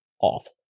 awful